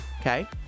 okay